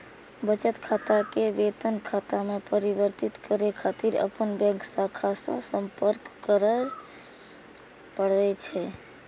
बचत खाता कें वेतन खाता मे परिवर्तित करै खातिर अपन बैंक शाखा सं संपर्क करय पड़ै छै